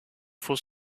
faux